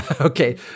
okay